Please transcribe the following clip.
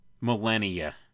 millennia